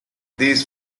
these